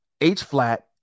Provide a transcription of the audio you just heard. H-flat